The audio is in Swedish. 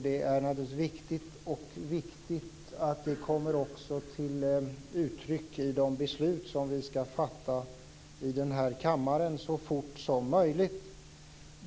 Det är naturligtvis viktigt att det också kommer till uttryck i de beslut som vi skall fatta i den här kammaren så fort som möjligt.